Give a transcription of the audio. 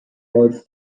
woods